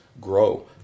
grow